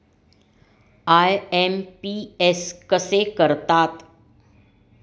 IMPS कसे करतात?